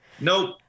Nope